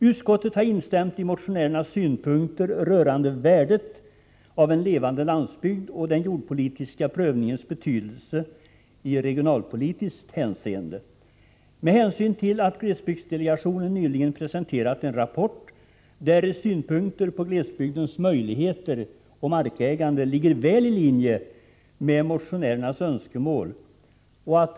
Utskottet har instämt i motionärernas synpunkter rörande värdet av en levande landsbygd och den jordpolitiska prövningens betydelse i regionalpolitiskt hänseende. Glesbygdsdelegationen har nyligen presenterat en rapport där synpunkterna på glesbygdens möjligheter och markägande ligger väl i linje med motionärernas önskemål.